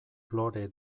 lore